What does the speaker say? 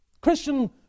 Christian